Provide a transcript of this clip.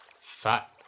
fat